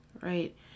right